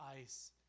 ice